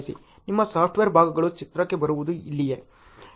ನಿಮ್ಮ ಸಾಫ್ಟ್ವೇರ್ ಭಾಗಗಳು ಚಿತ್ರಕ್ಕೆ ಬರುವುದು ಇಲ್ಲಿಯೇ